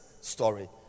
story